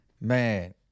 Man